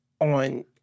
on